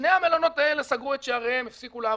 שני המלונות האלה סגרו את שעריהם, הפסיקו לעבוד.